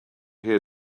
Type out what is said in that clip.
here